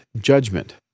Judgment